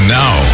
now